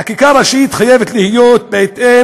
חקיקה ראשית חייבת להיות בהתאם,